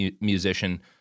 musician